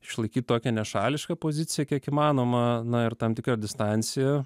išlaikyt tokią nešališką poziciją kiek įmanoma na ir tam tikra distancija